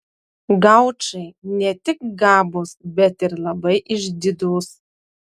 gaučai ne tik gabūs bet ir labai išdidūs